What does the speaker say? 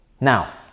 Now